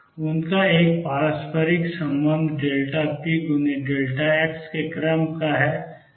उनका एक पारस्परिक संबंध px के क्रम का है